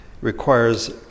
requires